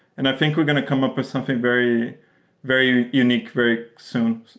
and i think we're going to come up with something very very unique very soon.